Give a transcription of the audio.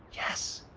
yes.